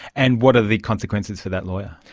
and what are the consequences for that lawyer?